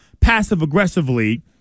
passive-aggressively